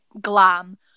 glam